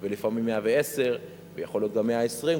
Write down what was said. ולפעמים 110,000 ויכול להיות גם 120,000,